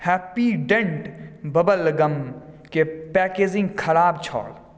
happy dent bubble गमके packaging खराब छल